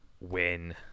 win